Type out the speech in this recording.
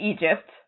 Egypt